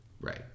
Right